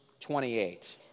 28